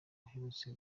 aherutse